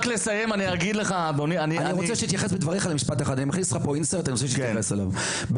אני רוצה להכניס לך פה Insert ואני אשמח שתתייחס אליו בדבריך.